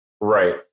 Right